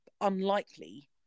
unlikely